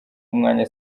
umwanya